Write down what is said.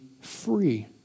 free